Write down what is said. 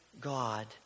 God